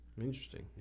Interesting